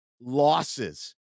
losses